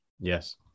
Yes